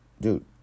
dude